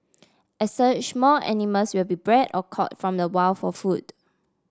as such more animals will be bred or caught from the wild for food